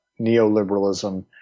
neoliberalism